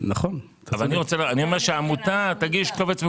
אני אומר שהעמותה תגיש קובץ מקוון.